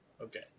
Okay